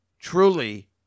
Truly